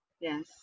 Yes